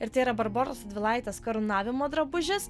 ir tai yra barboros radvilaitės karūnavimo drabužis